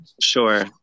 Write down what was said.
Sure